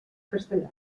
castellà